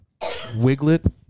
Wiglet